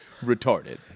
retarded